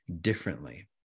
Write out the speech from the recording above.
differently